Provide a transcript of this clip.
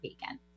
vegan